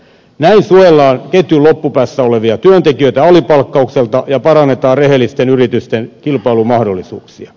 näin suojellaan ketjun loppupäässä olevia työntekijöitä alipalkkaukselta ja parannetaan rehellisten yritysten kilpailumahdollisuuksia